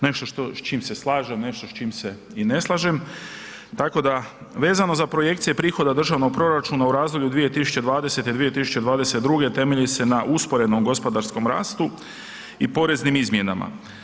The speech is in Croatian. Nešto s čim se slažem, nešto s čim se i ne slažem, tako da, vezano za projekcije prihoda državnog proračuna u razdoblju 2020.-2022. temelji se na usporenom gospodarskom rastu i poreznim izmjenama.